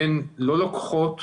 הן לא לוקחות